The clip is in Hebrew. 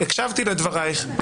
אני הקשבתי לדברייך.